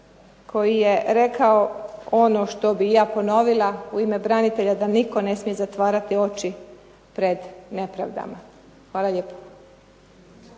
koji je rekao ono što bih i ja ponovila u ime branitelja da nitko ne smije zatvarati oči pred nepravdama. Hvala lijepo.